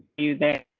you there,